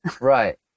Right